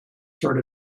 sort